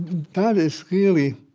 that is really